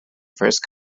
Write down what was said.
first